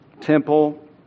temple